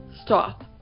stop